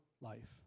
life